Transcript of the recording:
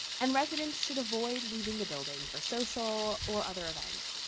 and residents should avoid leaving the building for social or other events.